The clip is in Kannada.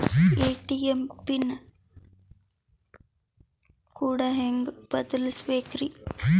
ಎ.ಟಿ.ಎಂ ಪಿನ್ ಕೋಡ್ ಹೆಂಗ್ ಬದಲ್ಸ್ಬೇಕ್ರಿ?